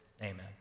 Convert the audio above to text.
Amen